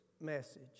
message